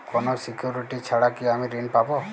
কোনো সিকুরিটি ছাড়া কি আমি ঋণ পাবো?